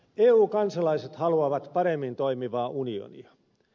eu kansalaiset haluavat paremmin toimivaa unionia